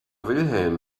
wilhelm